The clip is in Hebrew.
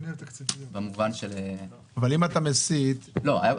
קודם כול,